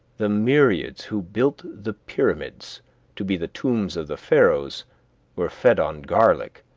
the myriads who built the pyramids to be the tombs of the pharaohs were fed on garlic,